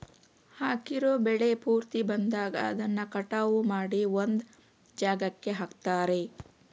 ಹಾಕಿರೋ ಬೆಳೆ ಪೂರ್ತಿ ಬಂದಾಗ ಅದನ್ನ ಕಟಾವು ಮಾಡಿ ಒಂದ್ ಜಾಗಕ್ಕೆ ಹಾಕ್ತಾರೆ